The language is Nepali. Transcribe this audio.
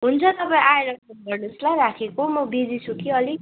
हुन्छ तपाईँ आएर भेट गर्नु होस् ल राखेको म बिजी छु कि अलिक